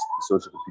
social